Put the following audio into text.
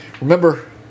Remember